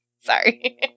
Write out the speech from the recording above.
Sorry